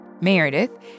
Meredith